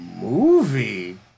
movie